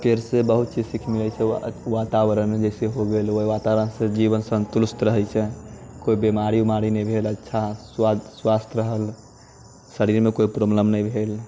पेड़सँ बहुत चीज सीख मिलै छै वातावरणमे जैसे हो गेल ओइ वातावरणसँ जीवन सन्तुष्ट रहै छै कोइ बीमारी ओमारी नहि भेल अच्छा स्वाद स्वास्थ्य रहल शरीरमे कोइ प्रॉब्लम नहि भेल